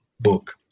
book